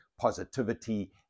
positivity